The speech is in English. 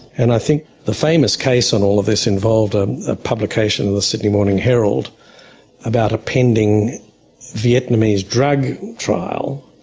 and i think the famous case on all of this involved ah a publication of the sydney morning herald about a pending vietnamese drug trial.